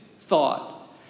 thought